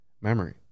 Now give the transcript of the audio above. memory